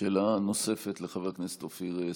שאלה נוספת, לחבר הכנסת אופיר סופר,